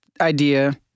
idea